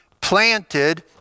Planted